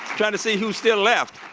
trying to see who's still left.